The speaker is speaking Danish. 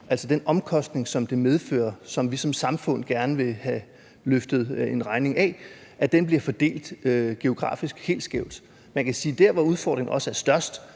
at den omkostning, som det medfører – og som vi som samfund gerne vil have løftet en regning for – bliver fordelt geografisk helt skævt. Man kan sige, at der, hvor udfordringen også er størst,